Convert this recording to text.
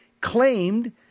claimed